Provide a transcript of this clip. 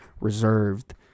reserved